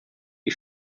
les